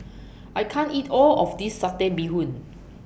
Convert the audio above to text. I can't eat All of This Satay Bee Hoon